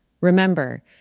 Remember